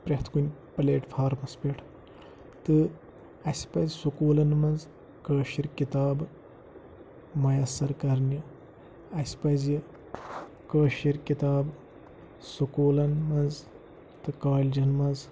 پرٛٮ۪تھ کُنہِ پٕلیٹ فارمَس پٮ۪ٹھ تہٕ اَسہِ پَزِ سُکوٗلَن منٛز کٲشِر کِتابہٕ میسّر کَرنہِ اَسہِ پَزِ کٲشِر کِتاب سکوٗلَن منٛز تہٕ کالجَن منٛز